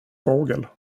fågel